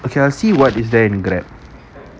okay I will see what is there in grab